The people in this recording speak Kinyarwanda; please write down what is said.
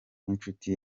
n’inshuti